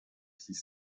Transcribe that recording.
sich